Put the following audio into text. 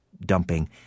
dumping